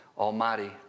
Almighty